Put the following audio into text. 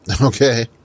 Okay